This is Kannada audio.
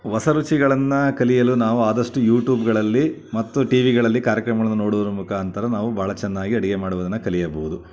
ಹೊಸ ರುಚಿಗಳನ್ನು ಕಲಿಯಲು ನಾವು ಆದಷ್ಟು ಯೂಟೂಬ್ಗಳಲ್ಲಿ ಮತ್ತು ಟಿ ವಿಗಳಲ್ಲಿ ಕಾರ್ಯಕ್ರಮಗಳ್ನು ನೋಡುವುದರ ಮುಖಾಂತರ ನಾವು ಭಾಳ ಚೆನ್ನಾಗಿ ಅಡಿಗೆ ಮಾಡುವುದನ್ನು ಕಲಿಯಬಹುದು